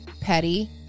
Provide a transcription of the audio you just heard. petty